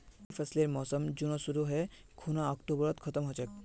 खरीफ फसलेर मोसम जुनत शुरु है खूना अक्टूबरत खत्म ह छेक